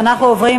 אנחנו עוברים